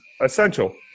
essential